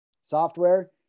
software